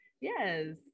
yes